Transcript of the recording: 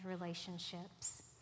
relationships